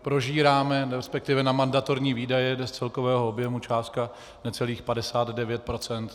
Prožíráme, resp. na mandatorní výdaje jde z celkového objemu částka necelých 59 %.